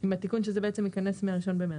עם התיקון שזה בעצם ייכנס מה-1 במרס.